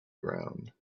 ground